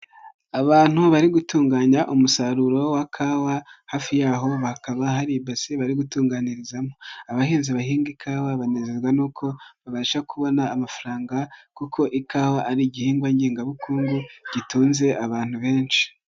Abantu bari gutunganya umusaruro wa kawa, hafi yaho bakaba hari ibase bari gutunganiriza. Abahinzi bahinga ikawa banezezwa nuko, babasha kubona amafaranga, kuko ikawa ari igihingwa ngengabukungu gitunze abantu benshi.